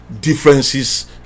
differences